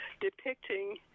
depicting